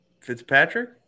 Fitzpatrick